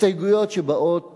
הסתייגויות שבאות,